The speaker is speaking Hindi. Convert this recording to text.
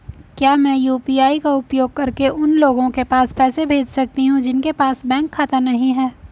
क्या मैं यू.पी.आई का उपयोग करके उन लोगों के पास पैसे भेज सकती हूँ जिनके पास बैंक खाता नहीं है?